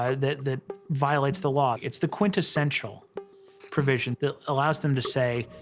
ah that that violates the law. it's the quintessential provision that allows them to say,